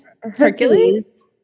Hercules